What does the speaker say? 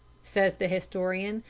says the historian,